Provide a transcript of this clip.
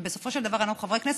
כי בסופו של דבר אנחנו חברי כנסת,